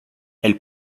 elle